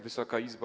Wysoka Izbo!